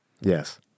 Yes